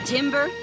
Timber